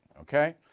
okay